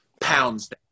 pounds